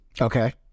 Okay